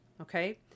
okay